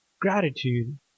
gratitude